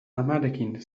amarekin